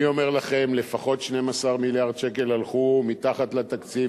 אני אומר לכם: לפחות 12 מיליארד שקל הלכו מתחת לתקציב,